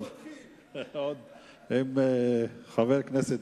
חבר הכנסת